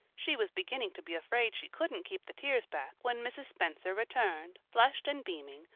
she was beginning to be afraid she couldn't keep the tears back when mrs. spencer returned, flushed and beaming,